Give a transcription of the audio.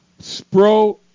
Spro